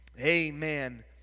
Amen